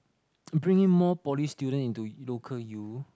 bring in more poly students into local U